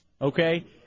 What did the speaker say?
okay